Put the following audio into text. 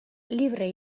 libre